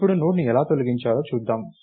ఇప్పుడు నోడ్ను ఎలా తొలగించాలో చూద్దాం